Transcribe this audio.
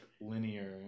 linear